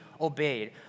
obeyed